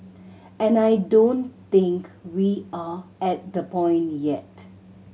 and I don't think we are at the point yet